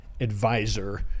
advisor